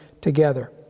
together